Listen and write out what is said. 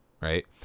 right